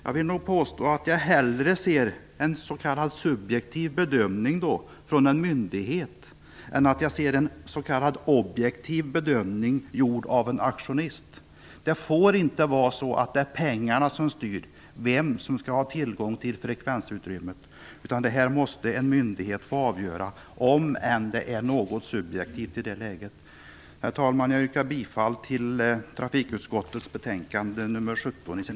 Jag vill påstå att jag hellre ser en s.k. subjektiv bedömning från en myndighet än att jag ser en s.k. objektiv bedömning gjord av en auktionist. Det får inte vara så att det är pengarna som styr vem som skall ha tillgång till frekvensutrymmet, utan det måste en myndighet få avgöra, om än det är något subjektivt i det läget. Herr talman! Jag yrkar bifall till hemställan i dess helhet i trafikutskottets betänkande nr 17.